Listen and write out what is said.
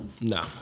No